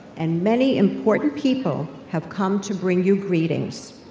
and many important people have come to bring you greetings.